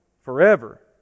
forever